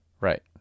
Right